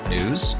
News